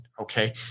Okay